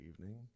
evening